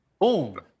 boom